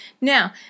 Now